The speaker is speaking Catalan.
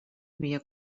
havia